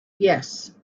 yes